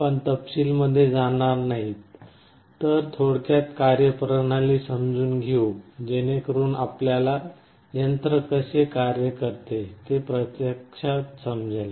आपण तपशील मध्ये जाणार नाही तर थोडक्यात कार्य प्रणाली समजून घेऊ जेणेकरुन आपल्याला यंत्र कसे कार्य करते ते प्रत्यक्षात समजेल